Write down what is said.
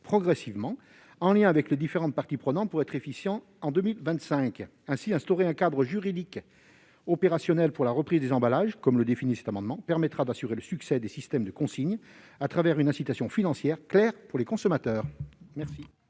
progressivement et en lien avec les différentes parties prenantes, pour être effective en 2025. Instaurer un cadre juridique opérationnel pour la reprise des emballages, comme tend à le faire cet amendement, permettra d'assurer le succès des systèmes de consigne à travers une incitation financière claire pour les consommateurs.